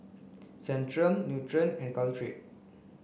Centrum Nutren and Caltrate